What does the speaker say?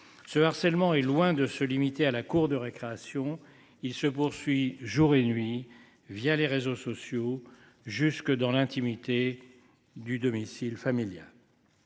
Ce harcèlement est loin de se limiter à la cour de récréation, il se poursuit jour et nuit via les réseaux sociaux jusque dans l'intimité du domicile familial.